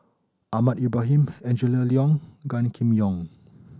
Ahmad Ibrahim Angela Liong Gan Kim Yong